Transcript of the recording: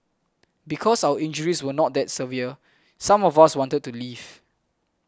because our injuries were not that severe some of us wanted to leave